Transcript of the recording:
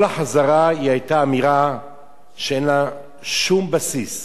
כל החזרה היתה אמירה שאין לה שום בסיס.